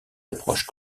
approches